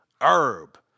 Herb